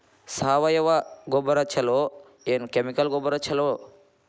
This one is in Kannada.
ಸಾವಯವ ಗೊಬ್ಬರ ಛಲೋ ಏನ್ ಕೆಮಿಕಲ್ ಗೊಬ್ಬರ ಛಲೋ?